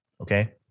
okay